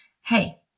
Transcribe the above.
hey